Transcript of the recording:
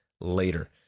later